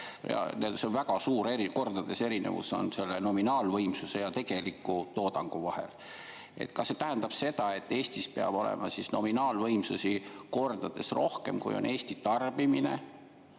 See on väga suur erinevus, kordades on erinevus nominaalvõimsuse ja tegeliku toodangu vahel. Kas see tähendab seda, et Eestis peab olema nominaalvõimsusi kordades rohkem, kui on Eesti tarbimine?